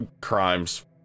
crimes